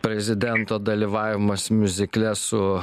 prezidento dalyvavimas miuzikle su